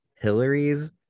Hillary's